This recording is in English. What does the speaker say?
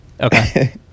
okay